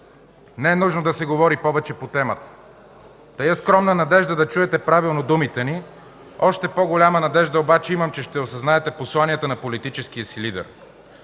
Не е нужно да се говори повече по темата. Тая скромна надежда да чуете правилно думите ни, още по-голяма надежда обаче имам, че ще осъзнаете посланията на политическия си лидер.